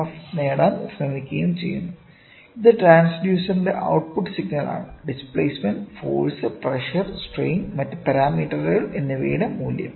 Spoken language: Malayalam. എഫ് നേടാൻ ശ്രമിക്കുകയും ചെയ്യുന്നു ഇത് ട്രാൻസ്ഡ്യൂസറിന്റെ ഔട്ട് പുട്ട് സിഗ്നലാണ് ഡിസ്പ്ലേസ്മെൻറ് ഫോഴ്സ് പ്രഷർ സ്ട്രെയിൻ മറ്റ് പാരാമീറ്ററുകൾ എന്നിവയുടെ മൂല്യം